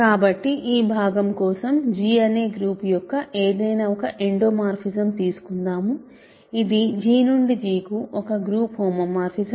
కాబట్టి ఈ భాగం కోసం G అనే గ్రూప్ యొక్క ఏదైనా ఒక ఎండోమోర్ఫిజం తీసుకుందాం ఇది G నుండి G కు ఒక గ్రూప్ హోమోమార్ఫిజం